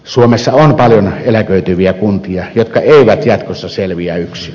suomessa on paljon eläköityviä kuntia jotka eivät jatkossa selviä yksin